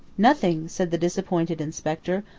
nothing, said the disappointed inspector,